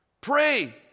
Pray